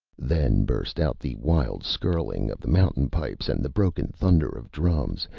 then burst out the wild skirling of the mountain pipes and the broken thunder of drums,